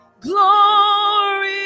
glory